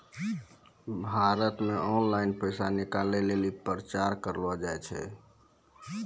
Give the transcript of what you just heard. भारत मे ऑनलाइन पैसा निकालै लेली प्रचार करलो जाय छै